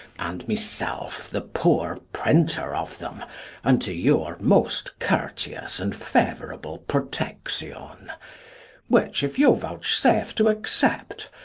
and myself the poor printer of them unto your most courteous and favourable protection which if you vouchsafe to accept,